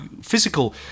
physical